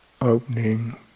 opening